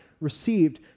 received